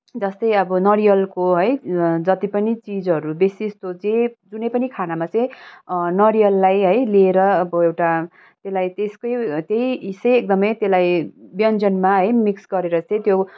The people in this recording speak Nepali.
जस्तै अब नरिवलको है जति पनि चिजहरू बेसी जस्तो चाहिँ कुनै पनि खानामा चाहिँ नरिवललाई है लिएर अब एउटा त्यसलाई त्यसकै त्यही यसै एकदमै त्यसलाई व्यञ्जनमा है मिक्स गरेर चाहिँ त्यो